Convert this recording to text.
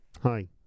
hi